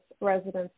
residents